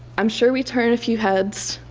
i'm sure we turn a few heads.